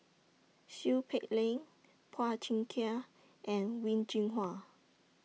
Seow Peck Leng Phua Thin Kiay and Wen Jinhua